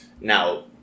now